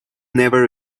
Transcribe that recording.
never